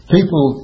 People